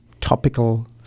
topical